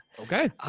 okay.